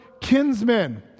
kinsmen